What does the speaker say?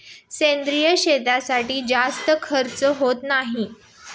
सेंद्रिय शेतीसाठी जास्त खर्च होत नाही